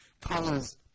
Colors